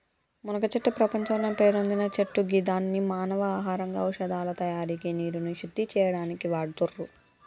మునగచెట్టు ప్రపంచంలోనే పేరొందిన చెట్టు గిదాన్ని మానవ ఆహారంగా ఔషదాల తయారికి నీరుని శుద్ది చేయనీకి వాడుతుర్రు